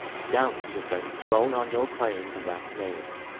doubts have been thrown on your claim to that name.